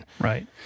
Right